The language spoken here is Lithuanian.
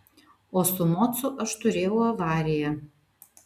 o su mocu aš turėjau avariją